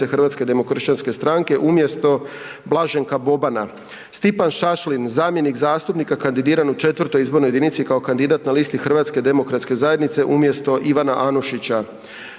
Hrvatske demokršćanske stranke umjesto Blaženka Bobana. Stipan Šašlin zamjenik zastupnika kandidiran u IV. izbornoj jedinici kao kandidat na listi Hrvatske demokratske zajednice umjesto Ivana Anušića.